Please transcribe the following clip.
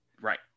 Right